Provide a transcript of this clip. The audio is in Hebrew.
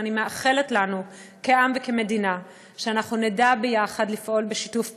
ואני מאחלת לנו כעם וכמדינה שאנחנו נדע יחד לפעול בשיתוף פעולה,